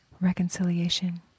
reconciliation